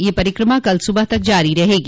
यह परिक्रमा कल सुबह तक जारी रहेगी